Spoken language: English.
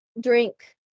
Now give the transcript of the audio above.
Drink